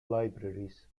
libraries